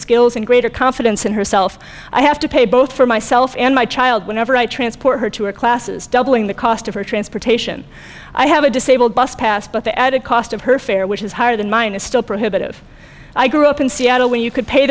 skills and greater financing herself i have to pay both for myself and my child whenever i transport her to her classes doubling the cost of her transportation i have a disabled bus pass but the added cost of her fare which is higher than mine is still prohibitive i grew up in seattle when you could pay